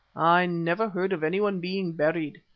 i never heard of anyone being buried.